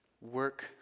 work